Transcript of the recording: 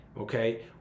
okay